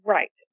Right